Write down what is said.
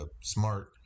smart